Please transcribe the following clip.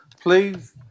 please